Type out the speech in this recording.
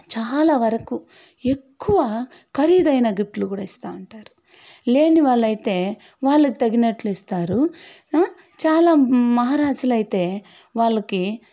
చాలా వరకూ ఎక్కువ ఖరీదైన గిఫ్ట్లు కూడా ఇస్తూ ఉంటారు లేనివాళ్ళైతే వాళ్ళకి తగినట్టు ఇస్తారు చాలా మహారాజులైతే వాళ్ళకి